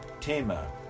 Tema